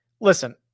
listen